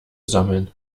sammeln